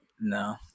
No